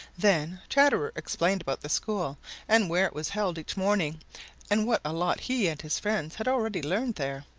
then chatterer explained about the school and where it was held each morning and what lot he and his friends had already learned there.